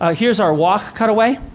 ah here's our wok cutaway.